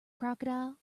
crocodile